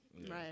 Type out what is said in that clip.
Right